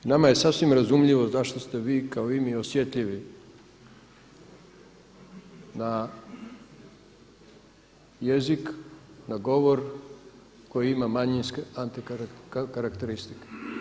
I nama je sasvim razumljivo zašto ste vi kao i mi osjetljivi na jezik, na govor koji ima manjinske anti karakteristike.